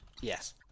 Yes